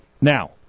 now